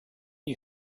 you